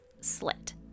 slit